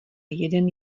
jeden